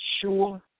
sure